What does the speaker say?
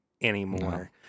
anymore